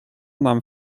nam